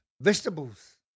vegetables